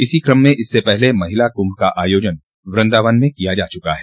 इसी क्रम में इससे पहले महिला कुम्भ का आयाजन वृन्दावन में किया जा चुका है